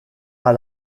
par